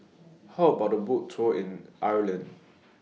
How about A Boat Tour in Ireland